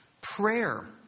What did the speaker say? Prayer